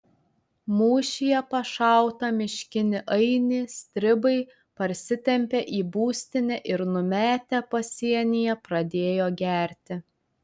mūšyje pašautą miškinį ainį stribai parsitempė į būstinę ir numetę pasienyje pradėjo gerti